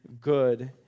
good